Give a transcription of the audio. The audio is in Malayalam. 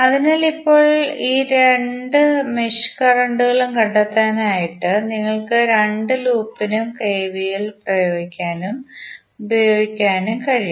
അതിനാൽ ഇപ്പോൾ രണ്ട് മെഷ് കറന്റുകളും കണ്ടെത്തുന്നതിനായിട്ട് നിങ്ങൾക്ക് രണ്ട് ലൂപ്പിനും കെവിഎലുകൾ ഉപയോഗിക്കാനും പ്രയോഗിക്കാനും കഴിയും